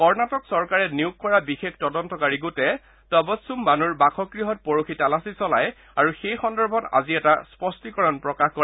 কৰ্ণাটক চৰকাৰে নিয়োগ কৰা বিশেষ তদন্তকাৰী গোটে তবচ্ছোম বানুৰ বাসগৃহত পৰহি তালাচী চলায় আৰু সেই সন্দৰ্ভত আজি এটা স্পষ্টীকৰণ প্ৰকাশ কৰে